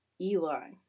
Eli